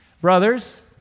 Brothers